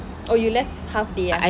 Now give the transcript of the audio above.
oh you left half day ah